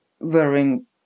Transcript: wearing